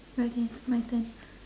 okay my turn